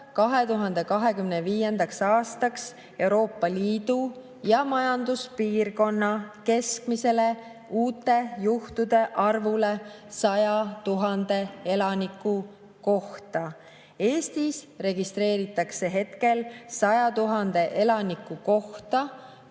2025. aastaks Euroopa Liidu ja [Euroopa] Majanduspiirkonna keskmisele uute juhtude arvule 100 000 elaniku kohta. Eestis registreeritakse hetkel 100 000 elaniku kohta